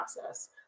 process